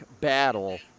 battle